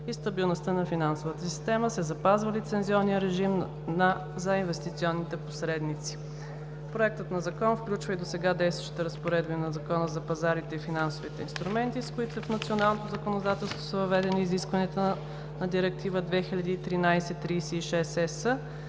и стабилността на финансовата система, се запазва лицензионният режим за инвестиционните посредници. Проектът на закон включва и досега действащите разпоредби на Закона за пазарите и финансови инструменти, с които в националното законодателство са въведени изискванията на Директива 2013/36/ЕС,